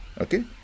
okay